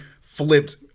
flipped